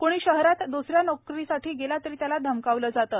क्णी शहरात द्दसऱ्या नोकरीसाठी गेला तरी त्याला धमकावले जाते